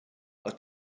are